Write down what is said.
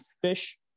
fish